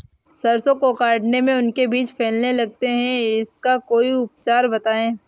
सरसो को काटने में उनके बीज फैलने लगते हैं इसका कोई उपचार बताएं?